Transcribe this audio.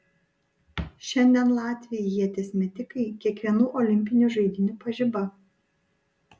šiandien latviai ieties metikai kiekvienų olimpinių žaidynių pažiba